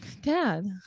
Dad